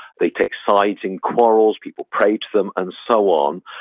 they take sides in quarrels, people pray to them, and so on.